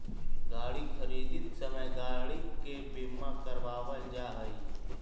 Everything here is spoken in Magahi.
गाड़ी खरीदित समय गाड़ी के बीमा करावल जा हई